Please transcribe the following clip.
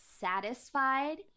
satisfied